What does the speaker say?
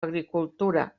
agricultura